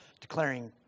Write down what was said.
declaring